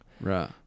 Right